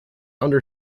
under